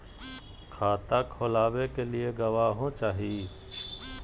खाता खोलाबे के लिए गवाहों चाही?